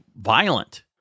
violent